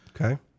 Okay